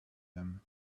him